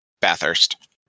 Bathurst